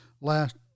last